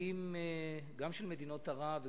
נכנס רכב עם מטעני חבלה שמשקלם הכולל 40 ק"ג,